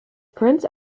prince